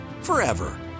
forever